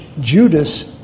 Judas